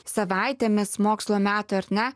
savaitėmis mokslo metų ar ne